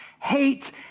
hate